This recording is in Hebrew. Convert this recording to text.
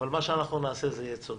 אבל מה שאנחנו נעשה יהיה צודק.